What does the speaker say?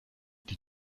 die